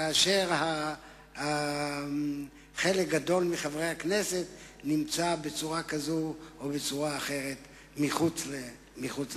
כאשר חלק גדול מחברי הכנסת נמצא בצורה כזאת או בצורה אחרת מחוץ לכנסת.